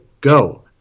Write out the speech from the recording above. Go